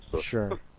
Sure